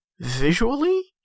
visually